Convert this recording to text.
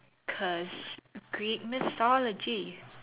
cause Greek mythology